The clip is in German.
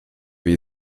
wie